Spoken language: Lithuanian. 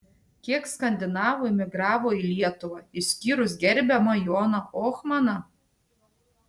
kiek skandinavų imigravo į lietuvą išskyrus gerbiamą joną ohmaną